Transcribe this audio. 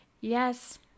Yes